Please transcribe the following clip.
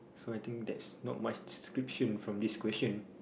so I think that's not much description from this question